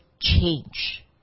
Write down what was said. change